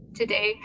today